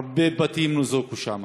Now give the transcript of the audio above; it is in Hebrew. הרבה בתים ניזוקו שם.